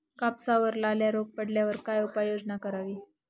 कापसावर लाल्या रोग पडल्यावर काय उपाययोजना करावी?